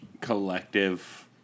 collective